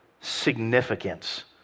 significance